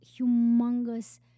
humongous